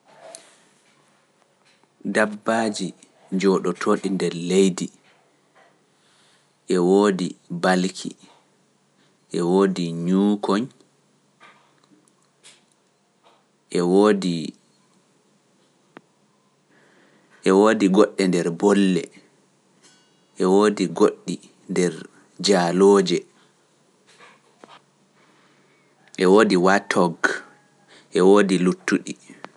Dabbaaji jooɗoto ɗi nder leydi, e woodi balki, e woodi ñuukoñ, e woodi goɗɗe nder bolle, e woodi goɗɗi nder jaalooje, e woodi wattog, e woodi luttuɗi.